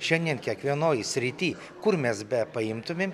šiandien kiekvienoj srity kur mes bepaimtumėm